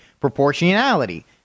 Proportionality